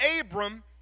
Abram